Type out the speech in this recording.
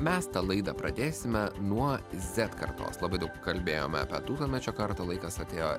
mes tą laidą pradėsime nuo zet kartos labai daug kalbėjome apie tūkstantmečio kartą laikas atėjo